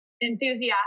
enthusiastic